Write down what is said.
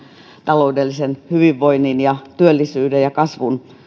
taloudellisen hyvinvoinnin ja työllisyyden ja kasvun